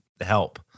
help